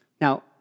Now